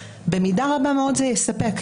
במידה רבה מאוד זה יספק.